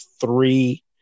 three